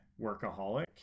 workaholic